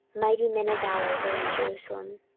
mighty men of valour, were in jerusalem.